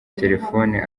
telefone